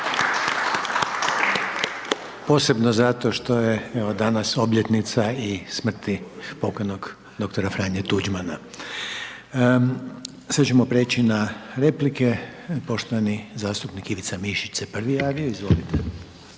Posebno zato što je evo danas obljetnica i smrti pokojnog dr. Franje Tuđmana. Sada ćemo prijeći na replike, poštovani zastupnik Ivica Mišić se prvi javio, izvolite.